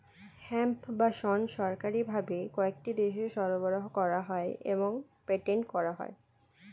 hemp বা শণ সরকারি ভাবে কয়েকটি দেশে সরবরাহ করা হয় এবং পেটেন্ট করা হয়